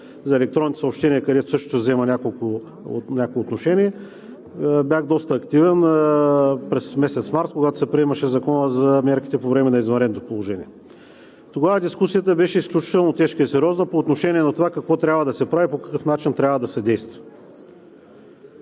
за електронните съобщения, където също се взема някакво отношение, бях и доста активен през месец март, когато се приемаше Законът за мерките по време на извънредното положение, тогава дискусията беше изключително тежка и сериозна по отношение на това какво трябва да се прави, по какъв начин трябва да се действа.